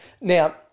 Now